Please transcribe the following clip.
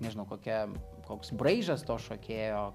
nežinau kokia koks braižas to šokėjo